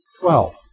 Twelve